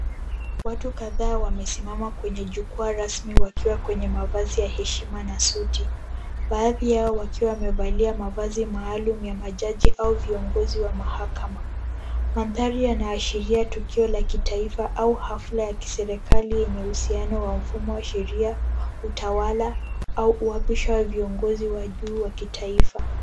Watu kadhaa wamesimama kwenye jukwaa rasmi wakiwa kwenye mavazi ya heshima na suti. Baadhi yao wakiwa wamevalia mavazi maalum ya majaji au viongozi wa mahakama. Mandhari yanaashiria tukio la kitaifa au hafla ya kiserekali yenye uhusiano wa mfumo wa sheria, utawala au uapisha wa viongozi wa juu wa kitaifa.